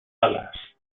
alas